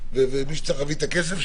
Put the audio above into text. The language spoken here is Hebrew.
ומי שצריך להביא את הכסף,